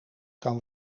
kan